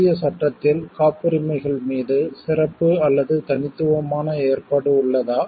இந்திய சட்டத்தில் காப்புரிமைகள் பேட்டண்ட் மீது சிறப்பு அல்லது தனித்துவமான ஏற்பாடு உள்ளதா